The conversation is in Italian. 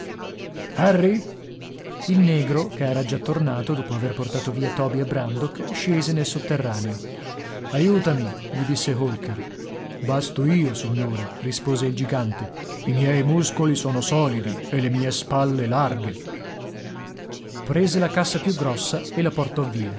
harry il negro che era già tornato dopo aver portato via toby e brandok scese nel sotterraneo aiutami gli disse holker basto io signore rispose il gigante i miei muscoli sono solidi e le mie spalle larghe prese la cassa più grossa e la portò via